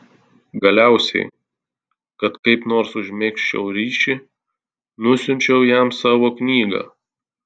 galiausiai kad kaip nors užmegzčiau ryšį nusiunčiau jam savo knygą